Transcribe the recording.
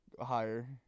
Higher